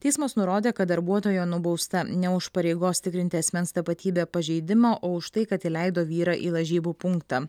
teismas nurodė kad darbuotoja nubausta ne už pareigos tikrinti asmens tapatybę pažeidimą o už tai kad įleido vyrą į lažybų punktą